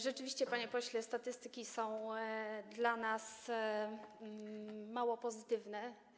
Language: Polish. Rzeczywiście, panie pośle, statystyki są dla nas mało pozytywne.